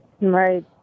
Right